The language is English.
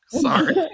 Sorry